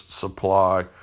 supply